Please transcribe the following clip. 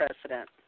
president